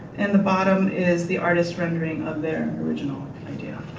and the bottom is the artist rendering of their original idea.